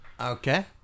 Okay